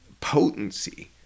potency